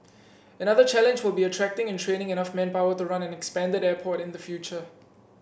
another challenge will be attracting and training enough manpower to run an expanded airport in the future